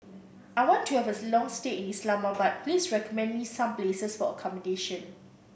I want to have a long stay in Islamabad please recommend me some places for accommodation